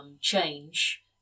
change